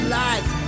life